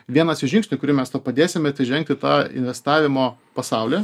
vienas iš žingsnių kurį mes tau padėsime tai žengt į tą investavimo pasaulį